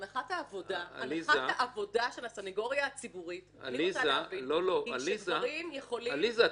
הנחת העבודה של הסנגוריה הציבורית היא שגברים יכולים --- עליזה,